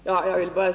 Herr talman!